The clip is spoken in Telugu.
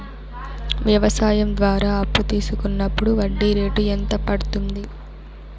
వ్యవసాయం ద్వారా అప్పు తీసుకున్నప్పుడు వడ్డీ రేటు ఎంత పడ్తుంది